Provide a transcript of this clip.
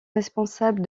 responsable